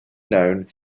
known